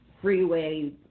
freeway